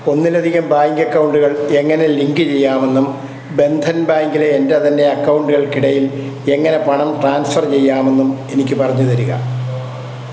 ഒന്നിലധികം ബാങ്ക് അക്കൗണ്ടുകൾ എങ്ങനെ ലിങ്ക് ചെയ്യാമെന്നും ബന്ധൻ ബാങ്കിലെ എൻ്റെ തന്നെ അക്കൗണ്ടുകൾക്കിടയിൽ എങ്ങനെ പണം ട്രാൻസ്ഫർ ചെയ്യാമെന്നും എനിക്കു പറഞ്ഞുതരിക